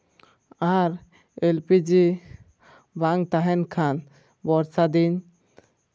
ᱟᱨ L P G ᱵᱟᱝ ᱛᱟᱦᱮᱸᱱ ᱠᱷᱟᱱ ᱵᱚᱨᱥᱟ ᱫᱤᱱ